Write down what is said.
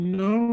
no